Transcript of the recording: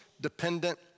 dependent